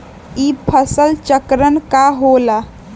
ई फसल चक्रण का होला?